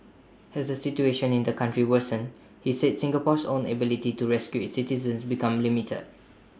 has the situation in the country worsens he said Singapore's own ability to rescue its citizens becomes limited